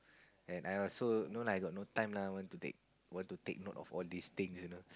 and I also no lah I got no time lah want to take want to take note all these things you know